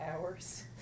hours